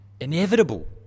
Inevitable